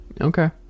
Okay